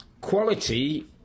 quality